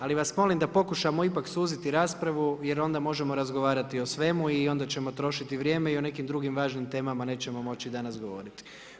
Ali, vas molim da pokušamo ipak suziti raspravu, jer onda možemo razgovarati o svemu i onda ćemo trošiti vrijeme i o nekim drugim temama nećemo moći danas govoriti.